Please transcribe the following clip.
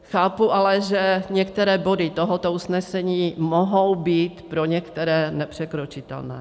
Chápu ale, že některé body tohoto usnesení mohou být pro některé nepřekročitelné.